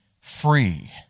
free